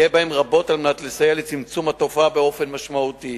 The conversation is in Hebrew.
יהיה בהם לסייע רבות בצמצום התופעה באופן משמעותי,